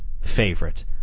favorite